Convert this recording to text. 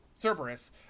Cerberus